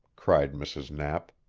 cried mrs. knapp.